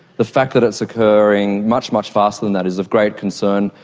the fact that it's occurring much, much faster than that is of great concern.